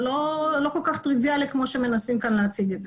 זה לא כל כך טריביאלי כמו שמנסים כאן להציג את זה.